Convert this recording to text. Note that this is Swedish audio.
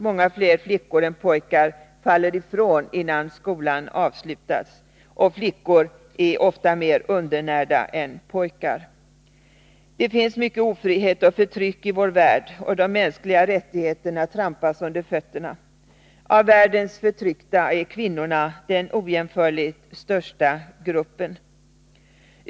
Många fler flickor än pojkar faller ifrån innan skolan avslutas. Flickor är ofta mer undernärda än pojkar. Det finns mycket ofrihet och förtryck i vår värld. De mänskliga rättigheterna trampas under fötterna. Av världens förtryckta är kvinnorna den ojämförligt största gruppen.